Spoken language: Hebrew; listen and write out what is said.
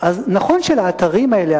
נכון שלאתרים האלה,